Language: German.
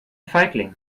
feigling